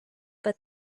but